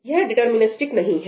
यह डिटरमिनिस्टिक नहीं है